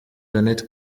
jeannette